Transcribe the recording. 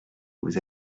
vous